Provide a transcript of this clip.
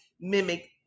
mimic